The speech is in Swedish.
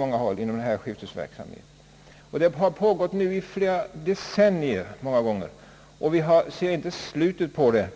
I många fall har skiftesverksamheten pågått hela decennier, och vi ser ändå inte slutet på den.